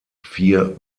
vier